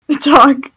talk